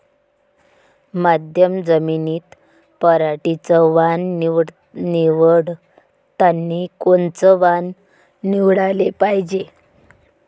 मध्यम जमीनीत पराटीचं वान निवडतानी कोनचं वान निवडाले पायजे?